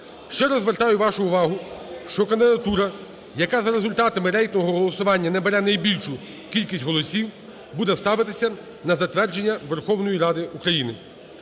Ще раз звертаю вашу увагу, що кандидатура, яка за результатами рейтингового голосування набере найбільшу кількість голосів, буде ставитися на затвердження Верховної Ради України.